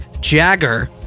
Jagger